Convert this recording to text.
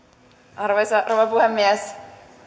arvoisa rouva puhemies